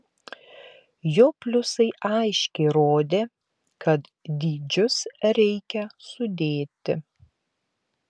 jo pliusai aiškiai rodė kad dydžius reikia sudėti